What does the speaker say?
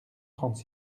trente